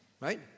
Right